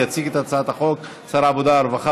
יציג את הצעת החוק שר העבודה הרווחה